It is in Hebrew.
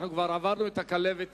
אנחנו כבר עברנו את הכלבת.